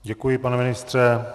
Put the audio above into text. Děkuji, pane ministře.